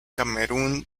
camerún